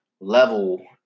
level